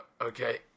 Okay